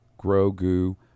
grogu